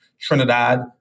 Trinidad